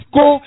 go